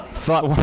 thought,